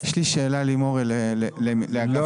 יש לי שאלה לאגף השיקום.